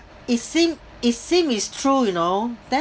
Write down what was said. it seem it seem it's true you know then